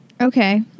Okay